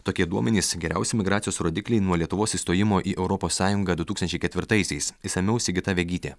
tokie duomenys geriausi migracijos rodikliai nuo lietuvos įstojimo į europos sąjungą du tūkstančiai ketvirtaisiais išsamiau sigita vegytė